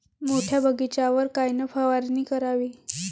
मोठ्या बगीचावर कायन फवारनी करावी?